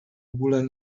ogóle